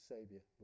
Savior